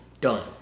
done